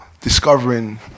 discovering